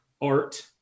art